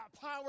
power